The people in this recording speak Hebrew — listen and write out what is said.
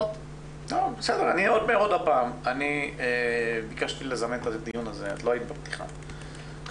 אני מעסיק הרבה מאוד נשים בחברה הזו, יש